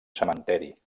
cementeri